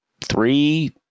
three